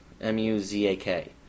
M-U-Z-A-K